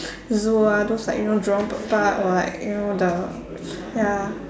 zoo ah those like you know Jurong bird park or like you know the ya